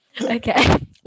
Okay